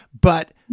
but-